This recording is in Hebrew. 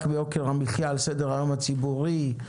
ביוקר המחיה על סדר-היום הציבורי,